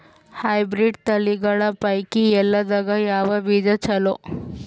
Hybrid ತಳಿಗಳ ಪೈಕಿ ಎಳ್ಳ ದಾಗ ಯಾವ ಬೀಜ ಚಲೋ?